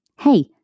Hey